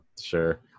sure